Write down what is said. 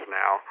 now